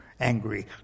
angry